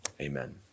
Amen